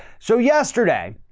so yesterday,